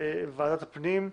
ועדת הפנים,